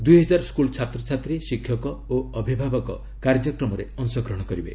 ଦୁଇହଜାର ସ୍କୁଲ ଛାତ୍ରଛାତ୍ରୀ ଶିକ୍ଷକ ଓ ଅଭିଭାବକ କାର୍ଯ୍ୟକ୍ରମରେ ଅଶଗ୍ରହଣ କରିବେ